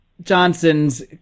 Johnson's